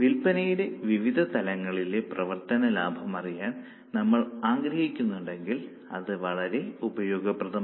വിൽപ്പനയുടെ വിവിധ തലങ്ങളിലെ പ്രവർത്തനലാഭം അറിയാൻ നമ്മൾ ആഗ്രഹിക്കുന്നുണ്ടെങ്കിൽ ഇത് വളരെ ഉപയോഗപ്രദമാണ്